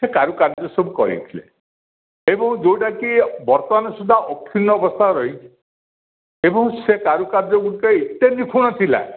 ସେ କାରୁକାର୍ଯ୍ୟ ସବୁ କରେଇଥିଲେ ଏବଂ ଯୋଉଟା କି ବର୍ତ୍ତମାନ ସୁଦ୍ଧା ଅକ୍ଷୁନ୍ନ ଅବସ୍ଥାରେ ରହିଛି ଏବଂ ସେ କାରୁକାର୍ଯ୍ୟ ଗୁଡ଼ିକ ଏତେ ନିଖୁଣ ଥିଲା